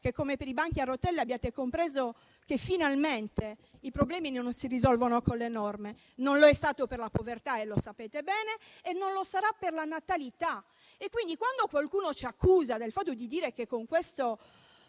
che, come per i banchi a rotelle, abbiate compreso che finalmente i problemi non si risolvono con le norme; non lo è stato per la povertà - lo sapete bene - e non lo sarà per la natalità. Quindi, quando qualcuno ci accusa che in questo